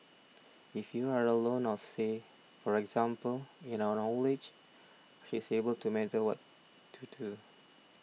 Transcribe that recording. if you are alone or say for example in our old age she's able to monitor what to do